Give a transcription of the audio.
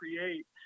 create